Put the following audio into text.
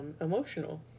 emotional